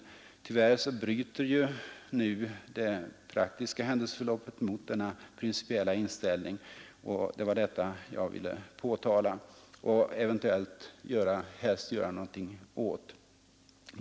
Tyvärr bryter nu det praktiska händelseförloppet mot denna principiella inställning, och det var det jag ville påtala och helst göra någonting åt.